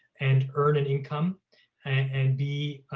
and earn an income and be,